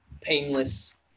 painless